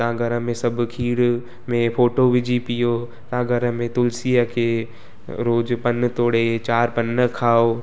तव्हां घर में सभु खीर में फोटो विझी पीओ तव्हां घर में तुलसीअ खे रोज़ु पन तोड़े चारि पन खाओ